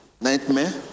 Nightmare